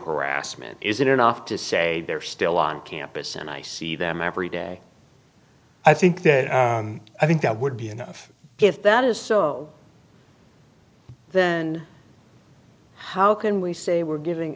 harassment is it enough to say they're still on campus and i see them every day i think that i think that would be enough if that is so then how can we say we're giving